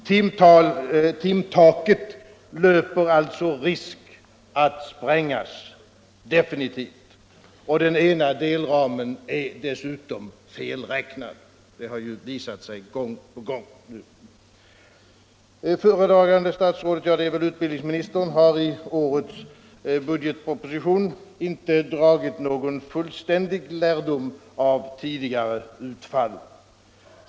Timtaket löper alltså risk att sprängas definitivt, och den ena delramen är dessutom felräknad — det har ju visat sig gång på gång nu. Föredragande statsrådet — ja, det är väl utbildningsministern — har i årets budgetproposition inte dragit någon fullständig lärdom av tidigare utfall.